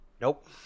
Nope